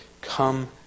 come